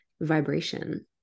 vibration